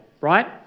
right